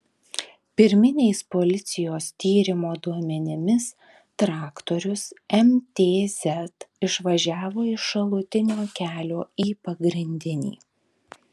pirminiais policijos tyrimo duomenimis traktorius mtz išvažiavo iš šalutinio kelio į pagrindinį